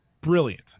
brilliant